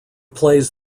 plays